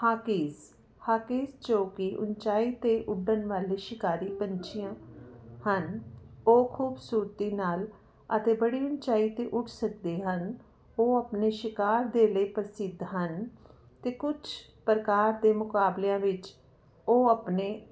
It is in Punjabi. ਹਾਕੀਜ ਹਾਕੀਜ ਜੋ ਕਿ ਉਚਾਈ 'ਤੇ ਉੱਡਣ ਵਾਲੇ ਸ਼ਿਕਾਰੀ ਪੰਛੀ ਹਨ ਉਹ ਖੂਬਸੂਰਤੀ ਨਾਲ ਅਤੇ ਬੜੀ ਉਚਾਈ 'ਤੇ ਉੱਡ ਸਕਦੇ ਹਨ ਉਹ ਆਪਣੇ ਸਿਕਾਰ ਦੇ ਲਈ ਪ੍ਰਸਿੱਧ ਹਨ ਅਤੇ ਕੁਛ ਪ੍ਰਕਾਰ ਦੇ ਮੁਕਾਬਲਿਆਂ ਵਿੱਚ ਉਹ ਆਪਣੇ